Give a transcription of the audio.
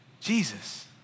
Jesus